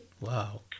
Wow